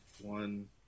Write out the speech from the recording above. One